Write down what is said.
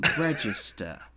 register